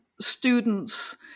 students